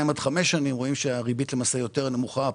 בריבית משתנה,